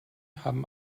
haben